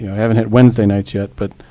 haven't had wednesday nights yet, but